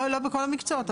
לא בכל המקצועות,